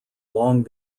long